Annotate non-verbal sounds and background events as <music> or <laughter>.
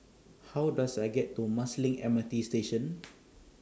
How Does I get to Marsiling M R T Station <noise>